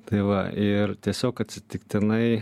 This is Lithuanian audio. tai va ir tiesiog atsitiktinai